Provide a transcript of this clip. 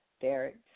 Derek